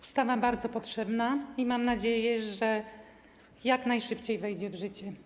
Ustawa jest bardzo potrzebna i mam nadzieję, że jak najszybciej wejdzie w życie.